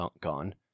gone